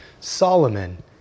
Solomon